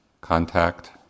contact